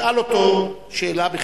שאל אותו שאלה בכתב,